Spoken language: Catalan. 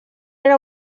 era